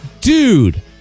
dude